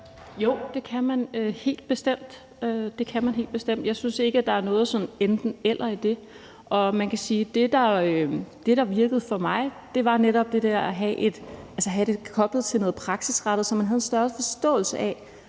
– det kan man helt bestemt. Jeg synes ikke, at der er noget enten-eller i det. Og man kan sige, at det, der virkede for mig, netop var det at have det koblet til noget praksisrettet, så man havde en større forståelse af,